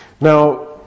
Now